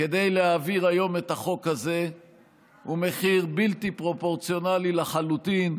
כדי להעביר היום את החוק הזה הוא מחיר בלתי פרופורציונלי לחלוטין,